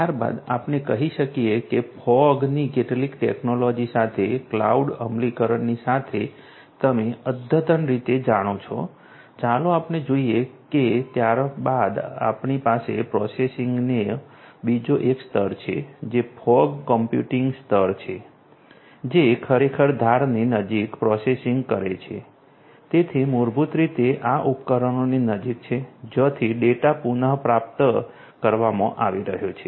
ત્યારબાદ આપણે કહી શકીએ કે તે ફોગ ની સાથે ટેકનોલોજી સાથે સાથે ક્લાઉડ અમલીકરણની સાથે તમે અદ્યતન રીતે જાણો છો ચાલો આપણે જોઈએ કે ત્યારબાદ આપણી પાસે પ્રોસેસિંગનો બીજો એક સ્તર છે જે ફોગ કમ્પ્યુટિંગ સ્તર છે જે ખરેખર ધારની નજીક પ્રોસેસિંગ કરે છે તેથી મૂળભૂત રીતે આ ઉપકરણોની નજીક છે જ્યાંથી ડેટા પુનઃ પ્રાપ્ત કરવામાં આવી રહ્યો છે